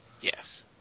Yes